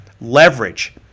Leverage